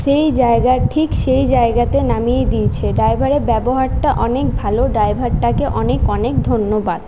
সেই জায়গায় ঠিক সেই জায়গাতে নামিয়ে দিয়েছে ড্রাইভারের ব্যবহারটা অনেক ভালো ড্রাইভারটাকে অনেক অনেক ধন্যবাদ